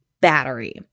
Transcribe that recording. battery